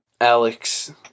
Alex